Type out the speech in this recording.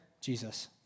Jesus